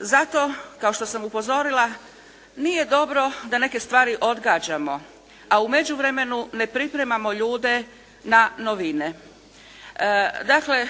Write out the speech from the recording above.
Zato kao što sam upozorila nije dobro da neke stvari odgađamo a u međuvremenu ne pripremamo ljude na novine. Dakle